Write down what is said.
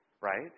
right